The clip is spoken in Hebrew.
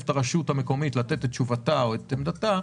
את הרשות המקומית לתת את תשובתה או את עמדתה,